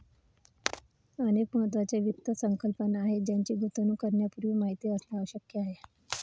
अनेक महत्त्वाच्या वित्त संकल्पना आहेत ज्यांची गुंतवणूक करण्यापूर्वी माहिती असणे आवश्यक आहे